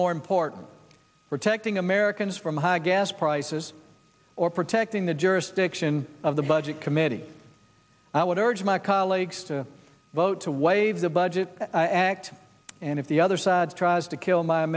more important protecting americans from high gas prices or protecting the jurisdiction of the budget committee i would urge my colleagues to vote to waive the budget act and if the other side tries to kill